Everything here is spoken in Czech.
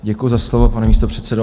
Děkuju za slovo, pane místopředsedo.